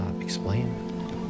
explain